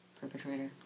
Perpetrator